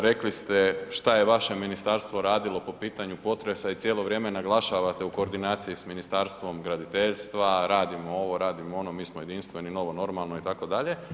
Rekli ste šta je vaše ministarstvo radilo po pitanju potresa i cijelo vrijeme naglašavate u koordinaciji s Ministarstvom graditeljstva radimo ovo, radimo ono, mi smo jedinstveni, novo, normalno itd.